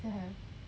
still have